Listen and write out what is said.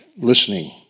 Listening